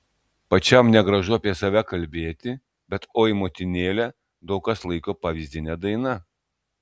pačiam negražu apie save kalbėti bet oi motinėle daug kas laiko pavyzdine daina